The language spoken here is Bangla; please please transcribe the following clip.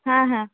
হ্যাঁ হ্যাঁ